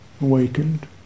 Awakened